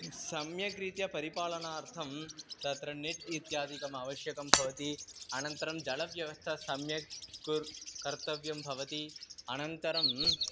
सम्यक् रीत्या परिपालनार्थं तत्र निट् इत्यादिकम् आवश्यकं भवति अनन्तरं जलव्यवस्था सम्यक् कुर्यात् कर्तव्यं भवति अनन्तरम्